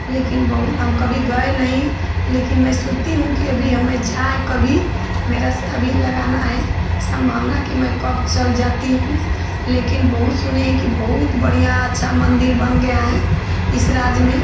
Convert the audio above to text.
लेकिन बहुत हम कभी गए नहीं लेकिन मैं सोचती हूँ कि अभी हम जाएँ कभी मेरा अभी लगाना है सम्भावना कि मैं कब चल जाती हूँ लेकिन बहुत सुने हैं कि बहुत बढ़ियाँ अच्छा मन्दिर बन गया है इस राज्य में